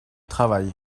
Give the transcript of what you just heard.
travail